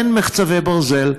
אין מחצבי ברזל,